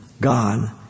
God